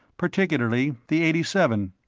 particularly the eighty seven.